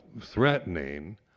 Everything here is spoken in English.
threatening